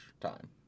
time